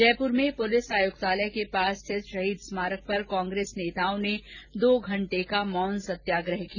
जयपुर में पुलिस आयुक्तालय के पास स्थित शहीद स्मारक पर कांग्रेस नेताओं ने दो घंटे का मौन सत्याग्रह किया